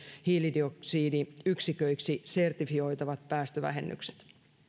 hiilidioksidiyksiköiksi sertifioitavat päästövähennykset